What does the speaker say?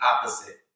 opposite